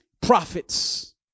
profits